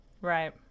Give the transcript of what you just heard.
Right